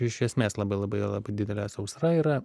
iš esmės labai labai labai didelė sausra yra